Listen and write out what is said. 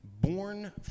born